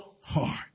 heart